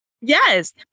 Yes